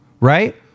right